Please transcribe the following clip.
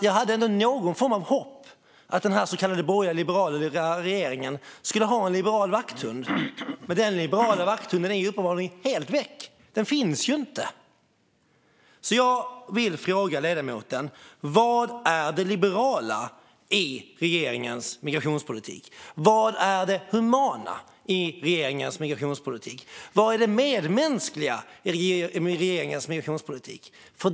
Jag hade ändå någon form av hopp att den så kallade borgerliga liberala regeringen skulle ha en liberal vakthund. Men den liberala vakthunden är uppenbarligen helt väck. Den finns inte. Jag vill fråga ledamoten: Vad är det liberala i regeringens migrationspolitik? Vad är det humana i regeringens migrationspolitik? Vad är det medmänskliga i regeringens migrationspolitik?